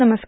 नमस्कार